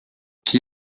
qu’y